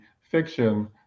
fiction